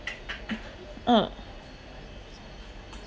ah